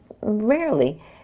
rarely